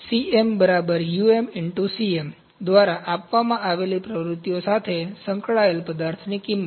CM UM CM દ્વારા આપવામાં આવેલી પ્રવૃત્તિઓ સાથે સંકળાયેલ પદાર્થની કિંમત